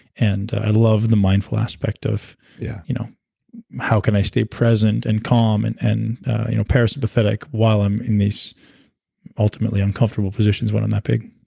and i love the mindful aspect of yeah you know how can i stay present and calm, and and you know parasympathetic while i'm in these ultimately uncomfortable positions when i'm that big?